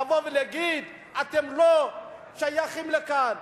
לבוא ולהגיד: אתם לא שייכים לכאן,